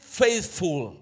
faithful